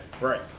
Right